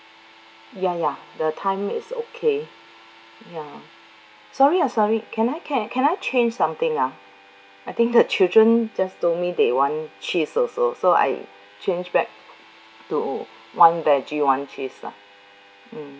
ya ya the time is okay ya sorry uh sorry can I can can I change something ah I think the children just told me they want cheese also so I change back to one veggie one cheese lah mm